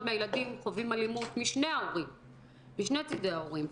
מהילדים חווים אלימות משני צידי ההורים,